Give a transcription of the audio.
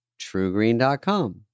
TrueGreen.com